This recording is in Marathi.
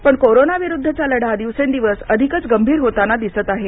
पण कोरोनाविरुद्धचा लढा दिवसेंदिवस अधिकच गंभीर होताना दिसत आहे